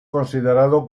considerado